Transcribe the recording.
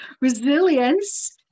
resilience